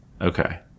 Okay